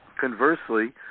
conversely